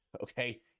okay